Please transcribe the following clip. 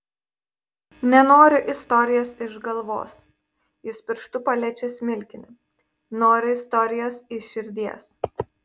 nenoriu istorijos iš galvos jis pirštu paliečia smilkinį noriu istorijos iš širdies